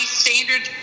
standard